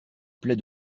plaie